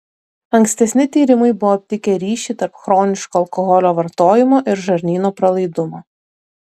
ankstesni tyrimai buvo aptikę ryšį tarp chroniško alkoholio vartojimo ir žarnyno pralaidumo